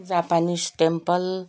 japanese temple